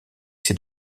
ses